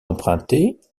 empruntée